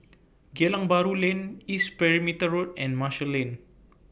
Geylang Bahru Lane East Perimeter Road and Marshall Lane